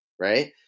right